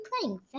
playing